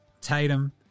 Tatum